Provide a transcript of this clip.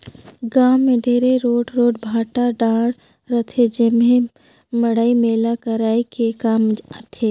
गाँव मे ढेरे रोट रोट भाठा डाँड़ रहथे जेम्हे मड़ई मेला कराये के काम आथे